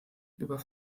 über